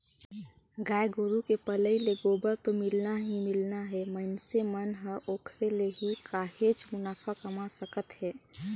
गाय गोरु के पलई ले गोबर तो मिलना ही मिलना हे मइनसे मन ह ओखरे ले ही काहेच मुनाफा कमा सकत हे